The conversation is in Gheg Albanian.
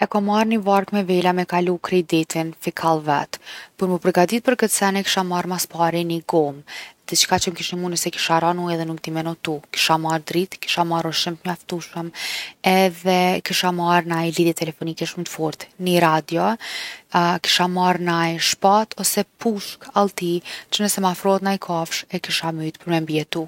E kom marr ni varkë me vela me kalu krejt detin fikall vet. Për mu përgadit për kët sen e kisha marr mas pari ni gomë, diçka që m’kish nimu nëse kisha ra n’ujë edhe nuk di me notu. Kisha marrë dritë, kisha marrë ushqim t’mjaftushëm, edhe kisha marr naj lidhje telefonike shumë t’forte. Ni radio. kisha marrë naj shpatë ose pushkë, allti, që nëse m’afrohet naj kafshë e kisha myt për me mbijetu.